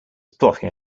plotting